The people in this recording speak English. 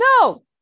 No